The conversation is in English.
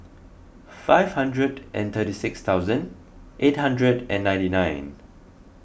five hundred and thirty six thousand eight hundred and ninety nine